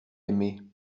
aimé